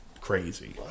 crazy